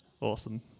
Awesome